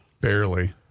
Barely